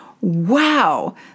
wow